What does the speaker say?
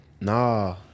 nah